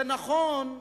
זה נכון,